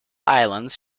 islands